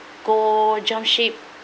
go jump ship